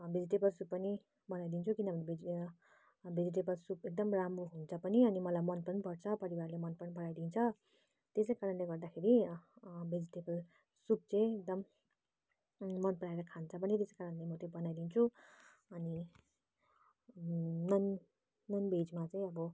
vegetable soup पनि बनाइदिन्छु किनभने भेजि भेजिटेबल सुप एकदम राम्रो हुन्छ पनि अनि मलाई मन पनि पर्छ परिवारले मन पनि पराइदिन्छ त्यसै कारणले गर्दाखेरि भेजिटेबल सुप चाहिँ एकदम मन पराएर खान्छ पनि त्यस कारणले म त्यो बनाइदिन्छु अनि नन् नन्भेजमा चाहिँ अब